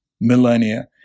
millennia